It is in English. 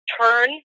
turn